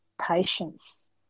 patience